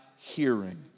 hearing